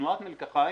בתנועת מלקחיים